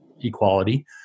equality